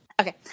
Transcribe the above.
Okay